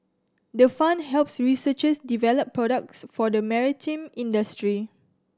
the fund helps researchers develop products for the maritime industry